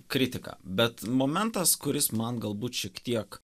kritika bet momentas kuris man galbūt šiek tiek